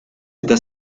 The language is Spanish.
está